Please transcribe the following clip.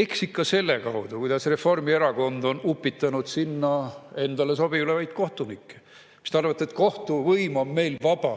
Eks ikka selle kaudu, kuidas Reformierakond on upitanud sinna endale sobivaid kohtunikke. Mis te arvate, et kohtuvõim on meil vaba?